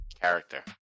character